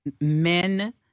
Men